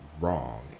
wrong